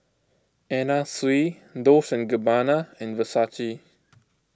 Anna Sui Dolce and Gabbana and Versace